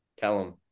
Callum